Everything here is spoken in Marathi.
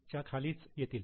च्या खालीच येतील